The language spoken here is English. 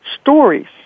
stories